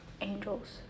angels